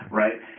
right